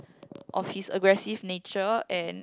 of his aggressive nature and